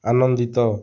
ଆନନ୍ଦିତ